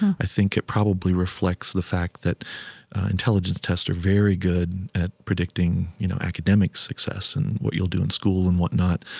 i think it probably reflects the fact that intelligence tests are very good at predicting, you know, academic success and what you'll do in school and whatnot.